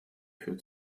führt